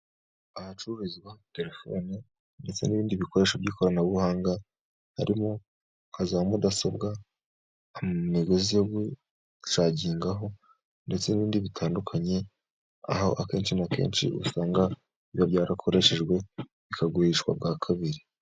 Ahacururizwa telefone ndetse n' ibindi bikoresho by' ikoranabuhanga, harimo nka za mudasobwa, imigozi yo gushagigaho ndetse n' ibindi bitandukanye, aho akenshi na kenshi usanga biba byarakoreshejwe bikagurishwa bwa kabiri.